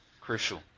crucial